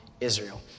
Israel